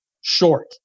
short